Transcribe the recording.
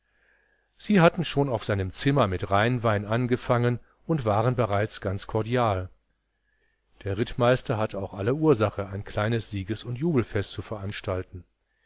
sie hatten schon auf seinem zimmer mit rheinwein angefangen und waren bereits ganz kordial der rittmeister hatte auch alle ursache ein kleines sieges und jubelfest zu veranstalten